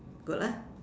good lah